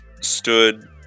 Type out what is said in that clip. stood